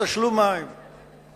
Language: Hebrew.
התשלום על מים